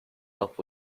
help